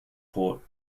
port